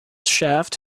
shaft